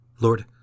Lord